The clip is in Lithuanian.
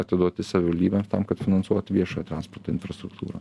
atiduoti savivaldybėm tam kad finansuoti viešojo transporto infrastruktūrą